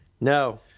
no